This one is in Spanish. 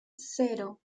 cero